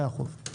מאה אחוז.